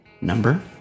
number